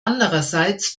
andererseits